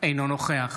אינו נוכח